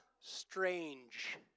strange